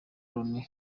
loni